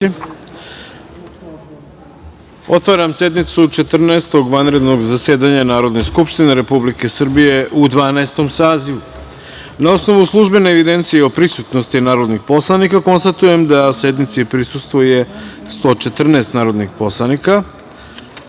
otvaram sednicu Četrnaestog vanrednog zasedanja Narodne skupštine Republike Srbije u Dvanaestom sazivu. Na osnovu službene evidencije o prisutnosti narodnih poslanika, konstatujem da sednici prisustvuje 114 narodnih poslanika. Podsećam